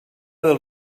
del